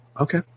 okay